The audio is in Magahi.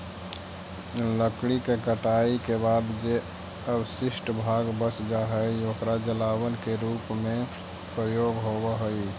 लकड़ी के कटाई के बाद जे अवशिष्ट भाग बच जा हई, ओकर जलावन के रूप में प्रयोग होवऽ हई